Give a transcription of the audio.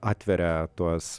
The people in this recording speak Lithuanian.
atveria tuos